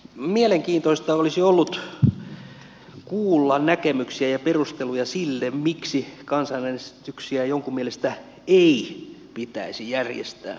mielenkiintoista olisi ollut kuulla näkemyksiä ja perusteluja sille miksi kansanäänestyksiä jonkun mielestä ei pitäisi järjestää